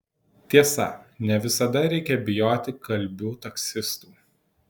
tiesa ne visada reikia bijoti kalbių taksistų